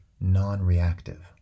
non-reactive